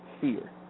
fear